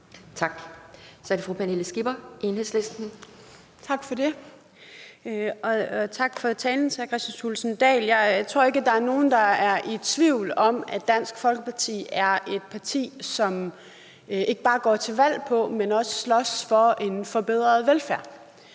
Kl. 11:14 Pernille Skipper (EL): Tak for det. Og tak til hr. Kristian Thulesen Dahl for talen. Jeg tror ikke, der er nogen, der er i tvivl om, at Dansk Folkeparti er et parti, som ikke bare går til valg på, men også slås for bedre velfærd.